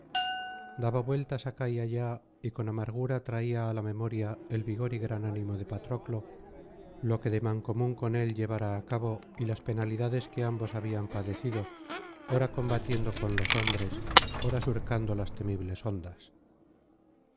daba vueltas acá y allá y con amargura traía á la memoria el vigor y gran ánimo de patroclo lo que de mancomún con él llevara al cabo y las penalidades que ambos habían padecido ora combatiendo con los hombres ora surcando las temibles ondas